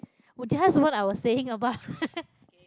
which just what I was saying about